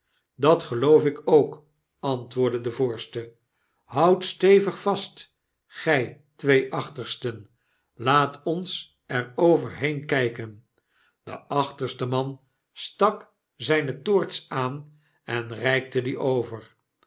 dat geloof ik ook antwoordde de voorste houdt stevig vast gij twee achtersten laat ons er overheen kpen de achterste man stak zyne toorts aan en reikte die over